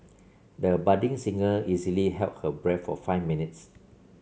the budding singer easily held her breath for five minutes